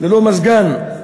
ללא מזגן.